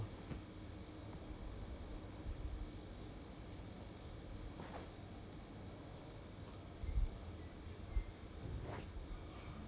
but recently 他换 liao it's not it it is not leh like you have to re~ really listen to the class and if the the instructor misses out on something